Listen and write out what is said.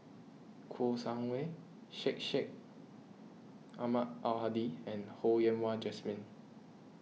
Kouo Shang Wei Syed Sheikh Syed Ahmad Al Hadi and Ho Yen Wah Jesmine